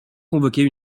convoquer